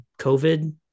COVID